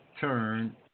turn